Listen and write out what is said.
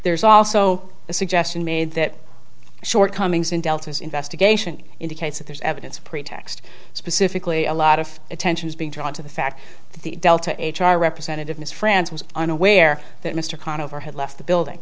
there's also a suggestion made that short comings in delta's investigation indicates that there's evidence a pretext specifically a lot of attention is being drawn to the fact that the delta h r representative ms franz was unaware that mr conover had left the building